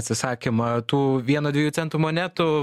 atsisakymą tų vieno dviejų centų monetų